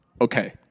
okay